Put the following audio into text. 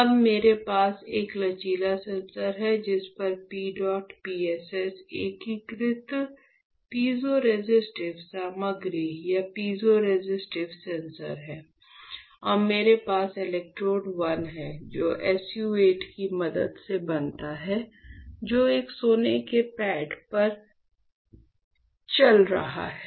अब मेरे पास एक लचीला सेंसर है जिस पर PEDOT PSS एकीकृत पीज़ोरेसिस्टिव सामग्री या पीज़ोरेसिस्टिव सेंसर हैं और मेरे पास इलेक्ट्रोड 1 है जो SU 8 की मदद से बनता है जो एक सोने के पैड पर चल रहा है